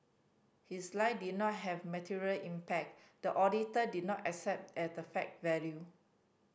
his lie did not have material impact the auditor did not accept at the fact value